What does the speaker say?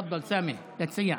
תפדל, סמי, תציע.